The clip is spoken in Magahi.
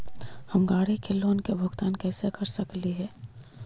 हम गाड़ी के लोन के भुगतान कैसे कर सकली हे?